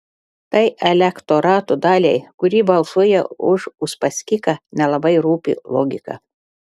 tai elektorato daliai kuri balsuoja už uspaskichą nelabai rūpi logika